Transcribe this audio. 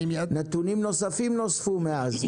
נתונים נוספים נוספו מאז.